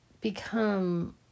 become